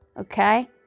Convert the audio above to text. Okay